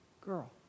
girl